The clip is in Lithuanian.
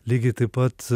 lygiai taip pat